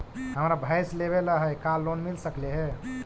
हमरा भैस लेबे ल है का लोन मिल सकले हे?